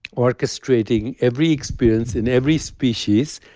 orchestrating every experience in every species,